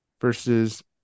versus